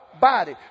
Body